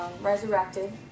resurrected